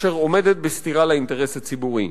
אשר עומדת בסתירה לאינטרס הציבורי.